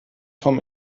vom